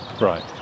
Right